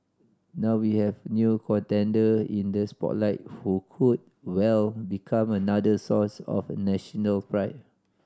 now we have new contender in the spotlight who could well become another source of national pride